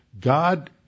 God